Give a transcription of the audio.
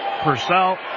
Purcell